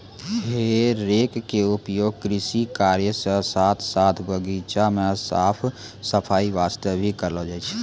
हे रेक के उपयोग कृषि कार्य के साथॅ साथॅ बगीचा के साफ सफाई वास्तॅ भी करलो जाय छै